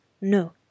No